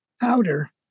powder